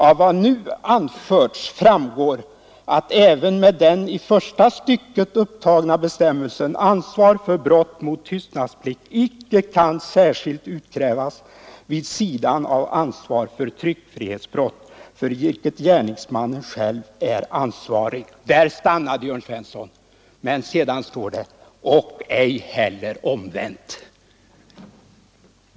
Av vad nu anförts framgår att även med den i första stycket upptagna bestämmelsen ansvar för brott mot tystnadsplikt icke kan särskilt utkrävas, vid sidan av ansvar för tryckfrihetsbrott, för vilket gärningsmannen själv är ansvarig.” Där stannade herr Jörn Svensson, men sedan står det ”och ej heller omvänt”.